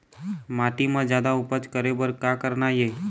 माटी म जादा उपज करे बर का करना ये?